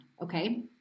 Okay